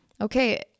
okay